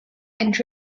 and